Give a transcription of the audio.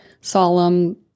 solemn